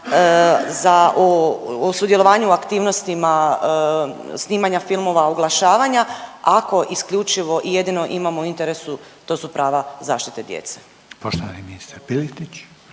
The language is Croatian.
o sudjelovanju u aktivnostima snimanja filmova, oglašavanja ako isključivo i jedino imamo u interesu to su prava zaštite djece?